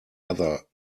other